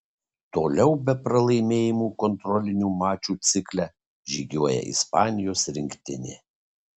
toliau be pralaimėjimų kontrolinių mačų cikle žygiuoja ispanijos rinktinė